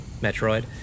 Metroid